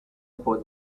for